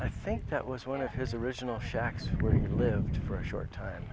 i think that was one of his original shacks where you lived for a short time